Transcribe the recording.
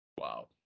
Wow